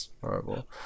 horrible